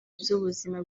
z’ubuzima